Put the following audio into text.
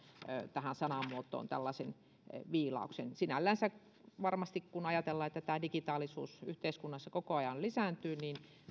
tähän sanamuotoon tällaisen viilauksen sinällänsä varmasti kun ajatellaan että tämä digitaalisuus yhteiskunnassa koko ajan lisääntyy niin